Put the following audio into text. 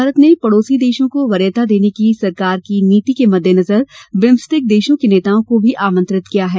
भारत ने पड़ोसी देशों को वरीयता देने की सरकार की नीति के मद्देनजर बिम्स्टेक देशों के नेताओं को भी आमंत्रित किया है